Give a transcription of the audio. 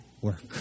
work